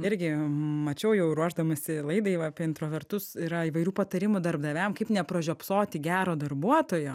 irgi mačiau jau ruošdamasi laidai va apie introvertus yra įvairių patarimų darbdaviam nepražiopsoti gero darbuotojo